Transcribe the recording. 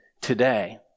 today